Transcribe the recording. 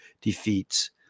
defeats